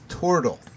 Turtle